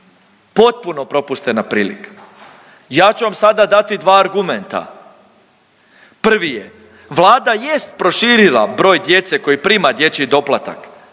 Potpuno propuštena prilika. Ja ću vam sada dati dva argumenta. Prvi je, Vlada jest proširila broj djece koji prima dječji doplatak,